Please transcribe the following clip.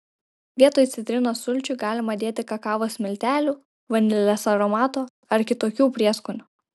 vietoj citrinos sulčių galima dėti kakavos miltelių vanilės aromato ar kitokių prieskonių